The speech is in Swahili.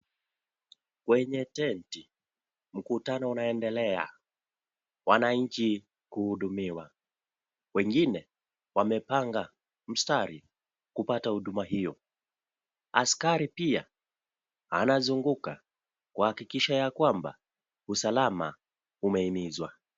Kwenye tenti , mkutano unaendelea wanachi kuhudumiwa. Wengine wamepanga mstari kupata huduma hiyo. Askari pia anazunguka kuhakikisha ya kwamba usalama umehimizwa.